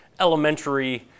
elementary